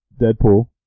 Deadpool